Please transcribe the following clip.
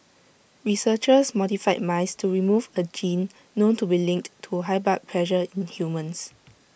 researchers modified mice to remove A gene known to be linked to high blood pressure in humans